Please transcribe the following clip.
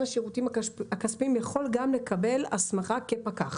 השירותים הכספיים יכול גם לקבל הסמכה כפקח.